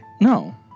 No